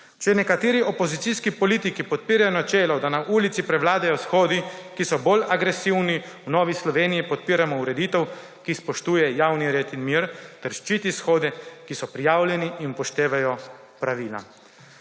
Če nekateri opozicijski politiki podpirajo načelo, da na ulici prevladajo shodi, ki so bolj agresivni, v Novi Sloveniji podpiramo ureditev, ki spoštuje javni red in mir ter ščiti shode, ki so prijavljeni in upoštevajo pravila.